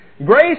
Grace